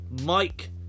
Mike